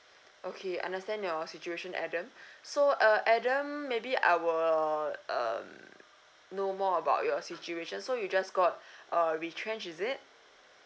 okay understand your situation adam so uh adam maybe I will um know more about your situation so you just got uh retrenched is it